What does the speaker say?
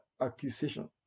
accusation